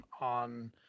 on